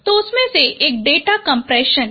तो उनमें से एक डेटा कम्प्रेशन है